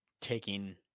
taking